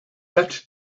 that